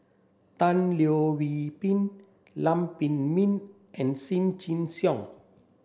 Tan Leo Wee Hin Lam Pin Min and Lim Chin Siong